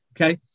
Okay